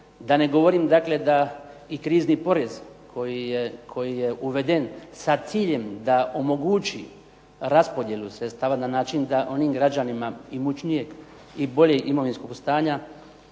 Da ne govorim, dakle da i krizni porez koji je uveden sa ciljem da omogući raspodjelu sredstava na način da onim građanima imućnijeg i boljeg imovinskog stanja